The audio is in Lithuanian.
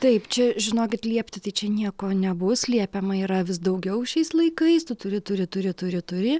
taip čia žinokit liepti tai čia nieko nebus liepiama yra vis daugiau šiais laikais tu turi turi turi turi turi